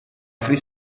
free